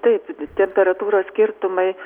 taip temperatūros skirtumai